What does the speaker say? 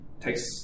takes